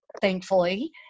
thankfully